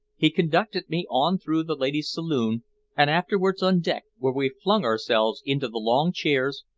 he conducted me on through the ladies' saloon and afterwards on deck, where we flung ourselves into the long chairs,